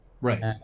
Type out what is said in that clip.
Right